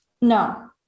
no